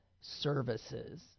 Services